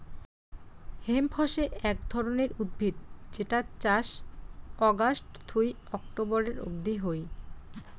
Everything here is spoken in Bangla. হেম্প হসে এক ধরণের উদ্ভিদ যেটার চাষ অগাস্ট থুই অক্টোবরের অব্দি হই